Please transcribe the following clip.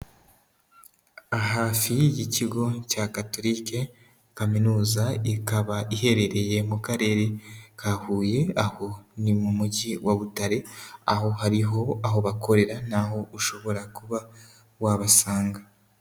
Hafi y'Ikigo cya Katolike, Kaminuza ikaba iherereye mu karere ka Huye aho ni mu mujyi wa Butare aho hariho aho bakorera n'aho ushobora kuba wabasanga.